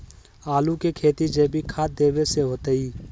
आलु के खेती जैविक खाध देवे से होतई?